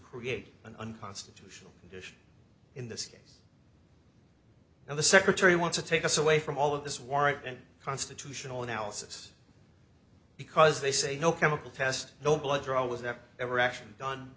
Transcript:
create an unconstitutional condition in this case now the secretary want to take us away from all of this war and constitutional analysis because they say no chemical test no blood draw was ever ever actually done